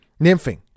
nymphing